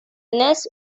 illness